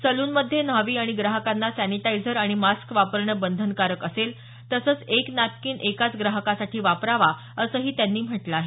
सलूनमध्ये न्हावी आणि ग्राहकांना सॅनिटायझर आणि मास्क वापरणं बंधनकारक असेल तसंच एक नॅपकिन एकाच ग्राहकासाठी वापरावा असंही त्यांनी म्हटलं आहे